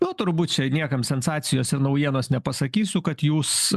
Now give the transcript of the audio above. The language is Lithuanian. nu turbūt čiai niekam sensacijos ir naujienos nepasakysiu kad jūs